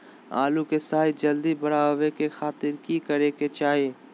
आलू के साइज जल्दी बड़ा होबे के खातिर की करे के चाही?